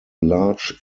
large